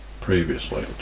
previously